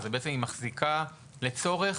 לצורך